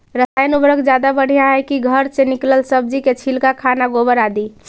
रासायन उर्वरक ज्यादा बढ़िया हैं कि घर से निकलल सब्जी के छिलका, खाना, गोबर, आदि?